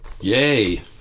yay